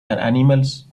animals